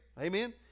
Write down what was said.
Amen